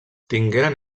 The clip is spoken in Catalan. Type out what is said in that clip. tingueren